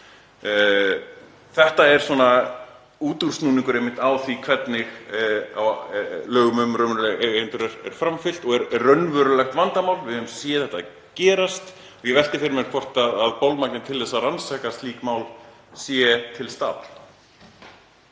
Þetta er svona útúrsnúningur á því hvernig lögum um raunverulega eigendur er framfylgt og er raunverulegt vandamál. Við höfum séð þetta gerast og ég velti fyrir mér hvort bolmagnið til að rannsaka slík mál sé til staðar.